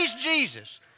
Jesus